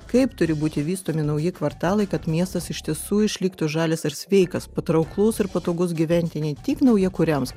kaip turi būti vystomi nauji kvartalai kad miestas iš tiesų išliktų žalias ar sveikas patrauklus ir patogus gyventi ne tik naujakuriams